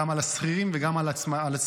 גם על השכירים וגם על העצמאים.